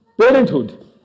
parenthood